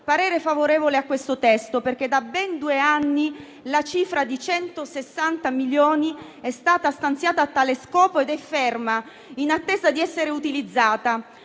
parere favorevole al testo perché da ben due anni la cifra di 160 milioni è stata stanziata a tale scopo ed è ferma in attesa di essere utilizzata.